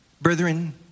Brethren